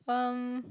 um